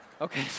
okay